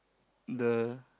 the